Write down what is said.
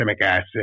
acid